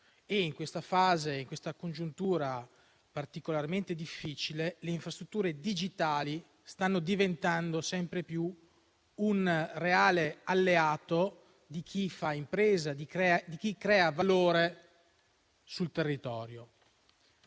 In questa fase e nell'attuale congiuntura particolarmente difficile le infrastrutture digitali stanno diventando sempre più un reale alleato di chi fa impresa, di chi crea valore sul territorio.